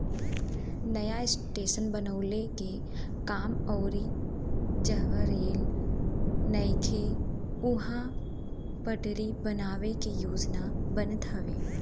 नया स्टेशन बनावे के काम अउरी जहवा रेल नइखे उहा पटरी बनावे के योजना बनत हवे